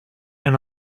and